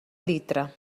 litre